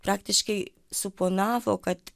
praktiškai suponavo kad